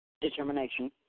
determination